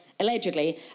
allegedly